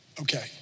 Okay